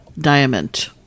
Diamond